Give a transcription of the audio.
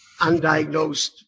undiagnosed